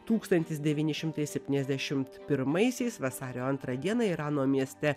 tūkstantis devyni šimtai septyniasdešimt pirmaisiais vasario antrą dieną irano mieste